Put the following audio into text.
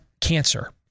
cancer